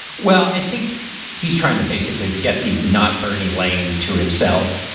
well, i think he's trying to basically get the not bernie lane to himself.